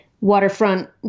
waterfront